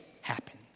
happen